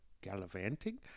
gallivanting